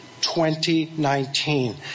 2019